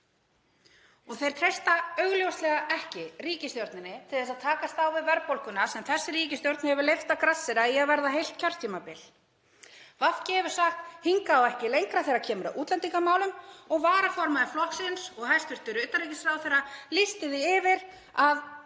Þeir treysta augljóslega ekki ríkisstjórninni til að takast á við verðbólguna sem þessi ríkisstjórn hefur leyft að grassera í að verða heilt kjörtímabil. VG hefur sagt: Hingað og ekki lengra, þegar kemur að útlendingamálum og varaformaður flokksins og hæstv. utanríkisráðherra lýstu því yfir að